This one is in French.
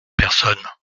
personnes